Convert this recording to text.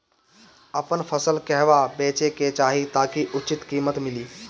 आपन फसल कहवा बेंचे के चाहीं ताकि उचित कीमत मिली?